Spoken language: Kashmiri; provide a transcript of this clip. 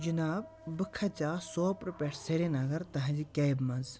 جِناب بہٕ کھَژیٛاس سوپرٕ پٮ۪ٹھ سرینگر تَہَنٛزِ کیبہِ منٛز